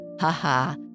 Haha